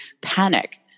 panic